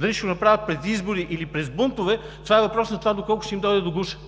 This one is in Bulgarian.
Дали ще го направят през избори или през бунтове – това е въпрос на това, доколко ще им дойде до гуша.